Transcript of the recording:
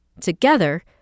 Together